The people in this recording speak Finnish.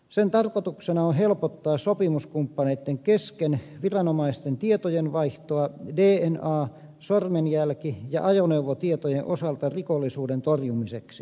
sen tarkoituksena on helpottaa sopimuskumppaneitten kesken viranomaisten tietojenvaihtoa dna sormenjälki ja ajoneuvotietojen osalta rikollisuuden torjumiseksi